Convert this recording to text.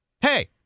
hey